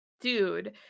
Dude